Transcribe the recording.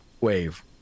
wave